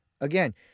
again